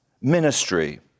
ministry